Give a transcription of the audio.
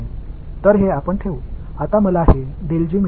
எனவே இந்தநாம் வைத்திருக்கிறோம்